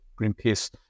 Greenpeace